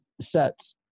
sets